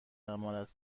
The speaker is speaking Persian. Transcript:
امانت